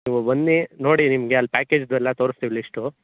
ನೀವು ಬನ್ನಿ ನೋಡಿ ನಿಮಗೆ ಅಲ್ಲಿ ಪ್ಯಾಕೆಜಿದು ಎಲ್ಲ ತೋರ್ಸ್ತೀವಿ ಲಿಸ್ಟು